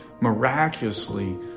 miraculously